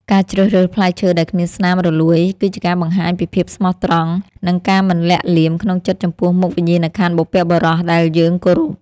ការជ្រើសរើសផ្លែឈើដែលគ្មានស្នាមរលួយគឺជាការបង្ហាញពីភាពស្មោះត្រង់ និង ការមិនលាក់លៀមក្នុងចិត្តចំពោះមុខវិញ្ញាណក្ខន្ធបុព្វបុរសដែលយើងគោរព។